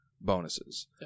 bonuses